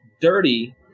dirty